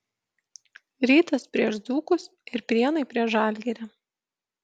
rytas prieš dzūkus ir prienai prieš žalgirį